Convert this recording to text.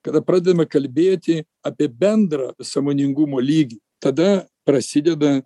kada pradedame kalbėti apie bendrą sąmoningumo lygį tada prasideda